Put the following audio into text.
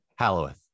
Halloweth